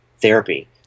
therapy